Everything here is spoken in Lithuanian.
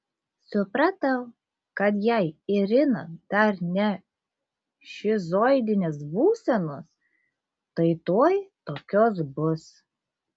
supratau kad jei irina dar ne šizoidinės būsenos tai tuoj tokios bus